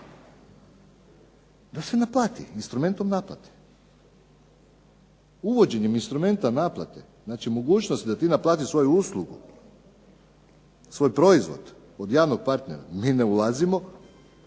da se naplati instrumentom naplate. Uvođenjem instrumenta naplate, znači mogućnost da ti naplatiš svoju uslugu, svoj proizvod od javno partnera, mi ne ulazimo